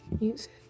Music